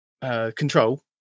Control